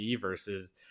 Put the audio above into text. versus